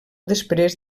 després